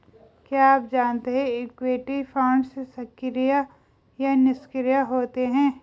क्या आप जानते है इक्विटी फंड्स सक्रिय या निष्क्रिय होते हैं?